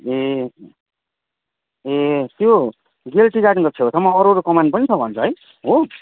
ए ए त्यो गेल टी गार्डनको छेउछाउमा अरू अरू कमान पनि छ भन्छ है हो